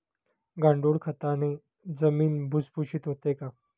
गांडूळ खताने जमीन भुसभुशीत होते का?